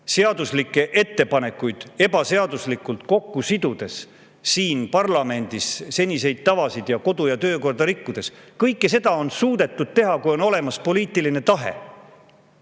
seaduslikke ettepanekuid ebaseaduslikult kokku sidudes, siin parlamendis seniseid tavasid ning kodu‑ ja töökorda rikkudes. Kõike seda on suudetud teha, kui on olnud olemas poliitiline tahe.